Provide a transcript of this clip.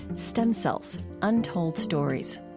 stem cells untold stories.